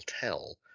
tell